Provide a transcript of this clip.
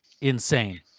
insane